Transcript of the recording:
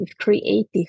creative